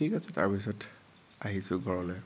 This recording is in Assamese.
থিক আছে তাৰপিছত আহিছো ঘৰলে